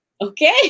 Okay